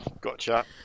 gotcha